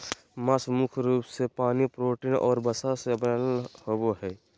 मांस मुख्य रूप से पानी, प्रोटीन और वसा से बनल होबो हइ